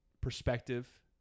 perspective